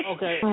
Okay